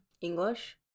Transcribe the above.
english